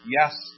Yes